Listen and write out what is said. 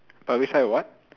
publicise what